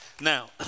now